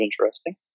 interesting